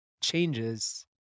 changes